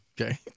Okay